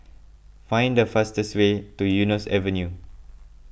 find the fastest way to Eunos Avenue